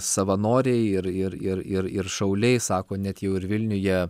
savanoriai ir ir ir ir ir šauliai sako net jų ir vilniuje